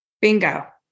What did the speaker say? Bingo